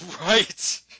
Right